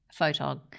photog